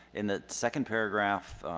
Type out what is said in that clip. in the second paragraph,